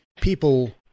people